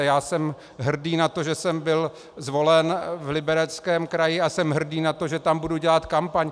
Já jsem hrdý na to, že jsem byl zvolen v Libereckém kraji, a jsem hrdý na to, že tam budu dělat kampaň.